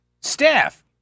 staff